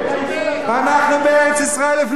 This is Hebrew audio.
אנחנו בארץ-ישראל לפניכם ונהיה פה אחריכם.